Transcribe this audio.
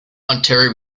ontario